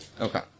Okay